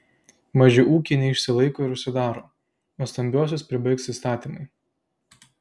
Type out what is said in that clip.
maži ūkiai neišsilaiko ir užsidaro o stambiuosius pribaigs įstatymai